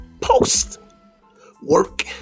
Post-work